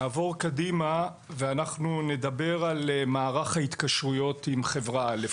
נעבור קדימה ואנחנו נדבר על מערך ההתקשרויות עם חברה א'.